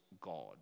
God